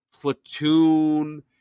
platoon –